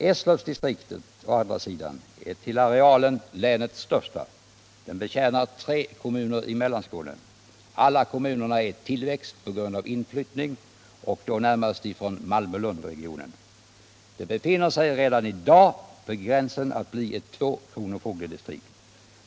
Eslövsdistriktet å andra sidan är till arealen länets största. Det betjänar tre kommuner i Mellanskåne. Alla dessa kommuner är i tillväxt på grund av inflyttning, främst från Malmö-Lundregionen. Kommunerna befinner sig redan i dag på gränsen till att bli ett tvåkronofogdedistrikt.